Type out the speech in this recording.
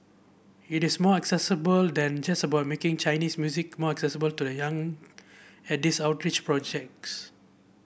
it is more accessible than just about making Chinese music more accessible to the young at these outreach projects